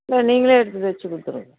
இல்லை நீங்களே எடுத்து தச்சு கொடுத்துருங்க